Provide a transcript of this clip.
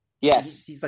Yes